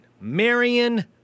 Marion